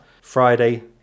Friday